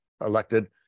elected